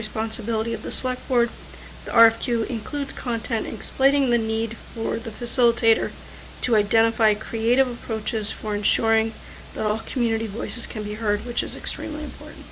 responsibility of the select forward r q include content explaining the need for the facilitator to identify creative approaches for ensuring the community voices can be heard which is extremely important